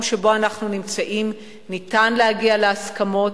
שבו אנחנו נמצאים ניתן להגיע להסכמות,